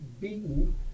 beaten